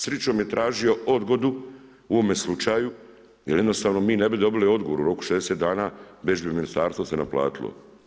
Srećom je tražio odgodu u ovome slučaju, jer jednostavno mi ne bi dobili odgovor u roku 60 dana, već bi se ministarstvo se naplatilo.